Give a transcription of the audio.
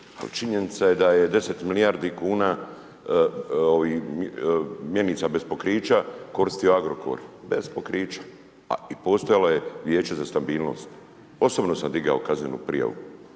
činjenica je da je 10 milijardi kuna mjenica bez pokrića koristio Agrokor, bez pokrića. A postojalo je Vijeće za stabilnost. Osobno sam digao kaznenu prijavu.